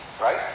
Right